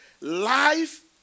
Life